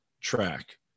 track